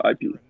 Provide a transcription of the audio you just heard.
IP